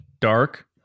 dark